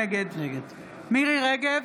נגד מירי מרים רגב,